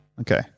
Okay